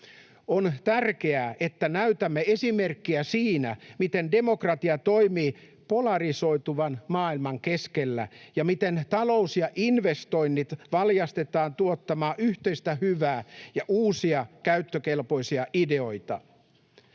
On tärkeää, että näytämme esimerkkiä siinä, miten demokratia toimii polarisoituvan maailman keskellä ja miten talous ja investoinnit valjastetaan tuottamaan yhteistä hyvää ja uusia käyttökelpoisia ideoita.